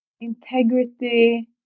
integrity